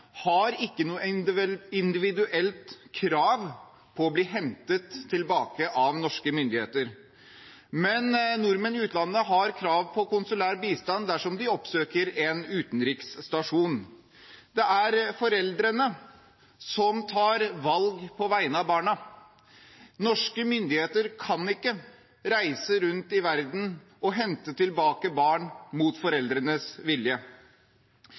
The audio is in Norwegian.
har ikke noe individuelt krav på å bli hentet tilbake av norske myndigheter. Men nordmenn i utlandet har krav på konsulær bistand dersom de oppsøker en utenriksstasjon. Det er foreldrene som tar valg på vegne av barna. Norske myndigheter kan ikke reise rundt i verden og hente tilbake barn mot foreldrenes vilje.